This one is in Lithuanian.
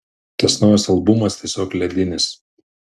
tas naujas albumas tiesiog ledinis